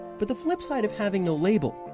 but the flip-side of having no label,